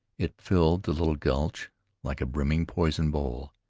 it filled the little gulch like a brimming poison bowl,